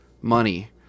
money